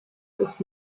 ist